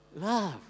love